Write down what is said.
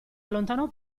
allontanò